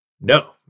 No